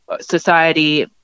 society